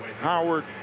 Howard